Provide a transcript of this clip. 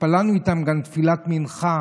התפללנו איתם גם תפילת מנחה,